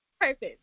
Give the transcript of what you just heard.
perfect